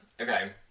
Okay